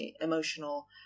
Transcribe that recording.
emotional